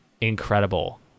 incredible